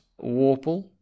Warple